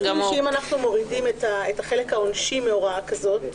אתה מסכים שאם אנחנו מורידים את החלק העונשי מהוראה כזאת,